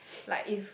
like if